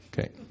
Okay